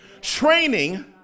Training